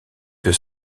deux